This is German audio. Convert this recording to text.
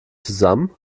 zusammen